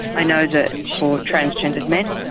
i know that for transgendered men,